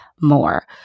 more